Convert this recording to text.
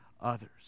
others